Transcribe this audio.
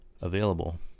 available